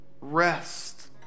rest